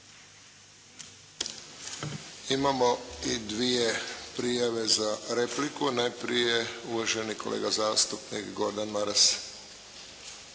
Imamo i dvije prijave za repliku. Najprije uvaženi kolega zastupnik Gordan Maras.